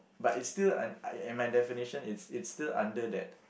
but it still and my definition is it's still under that